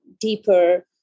deeper